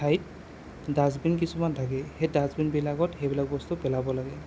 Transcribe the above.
ঠাইত ডাষ্টবিন কিছুমান থাকে সেই ডাষ্টবিনবিলাকত সেইবিলাক বস্তু পেলাব লাগে